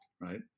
right